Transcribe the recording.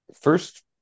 first